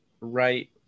right